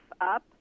up